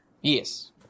Yes